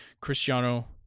Cristiano